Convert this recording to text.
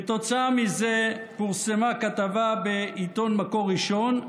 כתוצאה מזה, פורסמה כתבה בעיתון מקור ראשון.